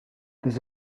does